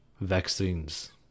vaccines